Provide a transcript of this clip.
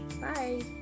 Bye